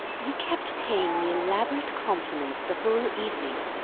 you kept paying me elaborate compliments the whole evening.